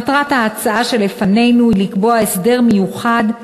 מטרת ההצעה שלפנינו היא לקבוע הסדר מיוחד,